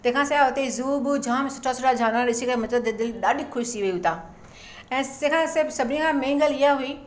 तंहिंखां सवाइ हुते ज़ू वू जाम सुठा सुठा झरना ॾिसी करे मुंजो त दिलि ॾाढी ख़ुशि थी वई हुतां ऐं सेंखां सभु सभिनी खां मेन ॻाल्ह इहा हुई